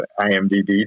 IMDb